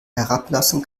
herablassen